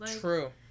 True